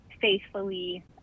faithfully